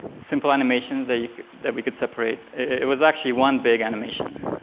simple animations that that we could separate. it was actually one big animation.